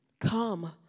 come